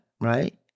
Right